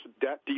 debt